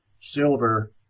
silver